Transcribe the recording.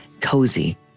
cozy